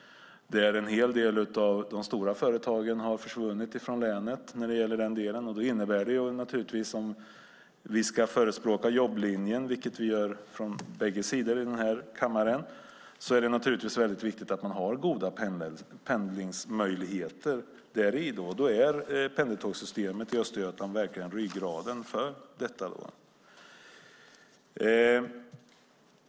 En hel del av de stora företagen har försvunnit från länet. Om vi ska förespråka jobblinjen, vilket vi gör från bägge sidor i den här kammaren, är det naturligtvis viktigt att man har goda pendlingsmöjligheter. Då är pendeltågssystemet i Östergötland verkligen ryggraden för detta.